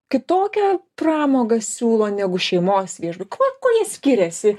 kitokią pramogą siūlo negu šeimos viešbu kuo kuo jie skiriasi